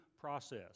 process